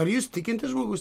ar jūs tikintis žmogus